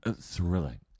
Thrilling